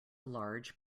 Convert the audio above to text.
large